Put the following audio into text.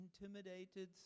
intimidated